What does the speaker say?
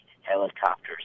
helicopters